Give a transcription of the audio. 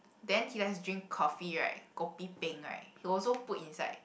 then he just drink coffee right kopi peng right he also put inside